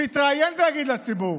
שיתראיין ויגיד לציבור,